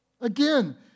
Again